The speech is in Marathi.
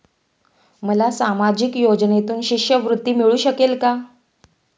मला सामाजिक योजनेतून शिष्यवृत्ती मिळू शकेल का?